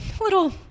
little